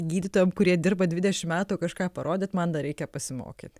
gydytojam kurie dirba dvidešim metų kažką parodyt man dar reikia pasimokyt